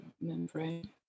membrane